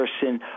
person